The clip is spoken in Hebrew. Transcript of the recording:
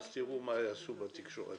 תראו מה יעשו בתקשורת.